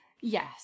Yes